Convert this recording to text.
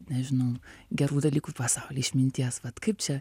nežinau gerų dalykų pasauly išminties vat kaip čia